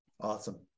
Awesome